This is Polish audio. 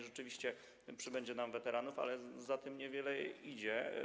Rzeczywiście przybędzie nam weteranów, ale za tym niewiele idzie.